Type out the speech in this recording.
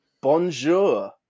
Bonjour